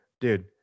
dude